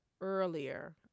earlier